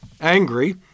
angry